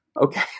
okay